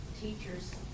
teachers